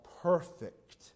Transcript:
perfect